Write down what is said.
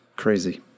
crazy